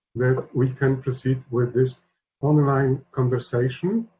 we can proceed with this online conversation.